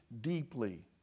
deeply